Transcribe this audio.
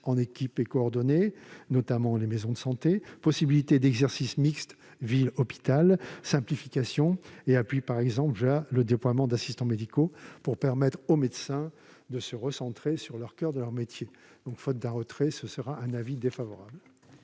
en équipe et coordonnés, notamment les maisons de santé ; possibilité d'exercice mixte ville-hôpital ; simplification et appui, par exemple le déploiement d'assistants médicaux pour permettre aux médecins de se recentrer sur leur coeur de métier. Par conséquent, à défaut d'un retrait